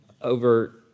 over